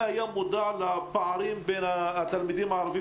היה מודע לפערים בין התלמידים הערבים